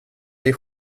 dig